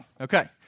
Okay